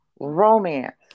romance